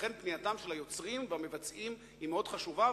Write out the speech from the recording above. ולכן פנייתם של היוצרים והמבצעים היא מאוד חשובה,